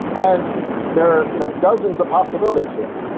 and there are you know dozens of possibilities here,